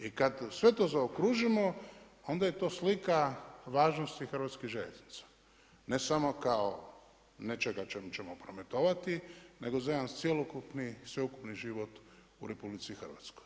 I kada sve to zaokružim onda je to slika važnosti hrvatskih željeznica ne samo kao nečega čime ćemo prometovati nego za jedan cjelokupni sveukupni život u RH.